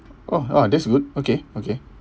oh oh that's good okay okay